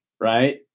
right